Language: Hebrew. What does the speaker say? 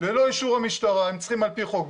ללא אישור המשטרה, הם צריכים על פי חוק.